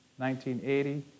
1980